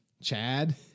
Chad